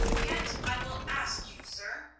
yet i will ask you, sir,